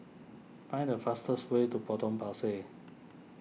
find the fastest way to Potong Pasir